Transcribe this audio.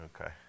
Okay